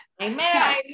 Amen